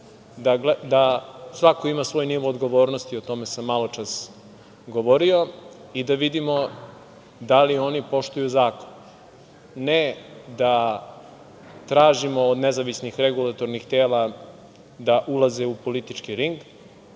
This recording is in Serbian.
da svako ima svoj nivo odgovornosti, o tome sam maločas govorio, i da vidimo da li oni poštuju zakon. Ne da tražimo od nezavisnih regulatornih tela da ulaze u politički ring,